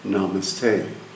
Namaste